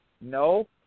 no